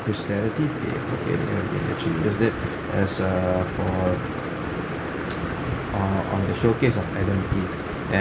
actually used it as a for err on the showcase of and